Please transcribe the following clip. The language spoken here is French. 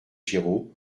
giraud